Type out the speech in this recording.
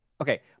Okay